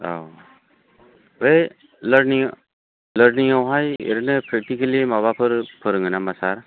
औ बे लारनिं लारनिंआवहाय ओरैनो प्रेकटिकेलि माबाफोर फोरोङो नामा सार